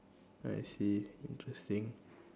I see interesting